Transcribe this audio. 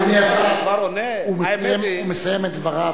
תרשה לי לענות לך, אדוני השר, הוא מסיים את דבריו.